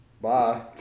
bye